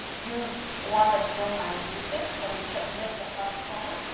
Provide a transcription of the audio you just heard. use one that you don't mind losing when you make the first try.